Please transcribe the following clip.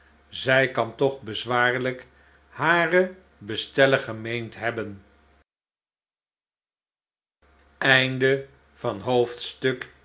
zij kan toch bezwaarlijk hare bestellen gemeend hebben